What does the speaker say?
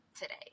Today